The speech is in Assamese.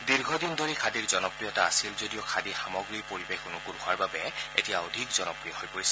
দীৰ্ঘদিন ধৰি খাদীৰ জনপ্ৰিয়তা আছিল যদিও খাদী সামগ্ৰী পৰিৱেশ অনুকূল হোৱাৰ বাবে এতিয়া অধিক জনপ্ৰিয় হৈ পৰিছে